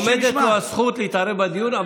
עומדת לו הזכות להתערב בדיון,